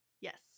Yes